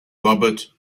robert